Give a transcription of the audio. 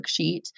worksheet